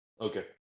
Okay